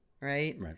right